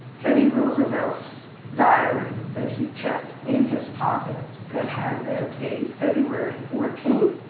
teddy roosevelt's diary that he kept in his pocket that had that date, february fourteenth,